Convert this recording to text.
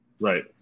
Right